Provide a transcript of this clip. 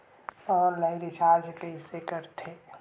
Online recharge कइसे करथे?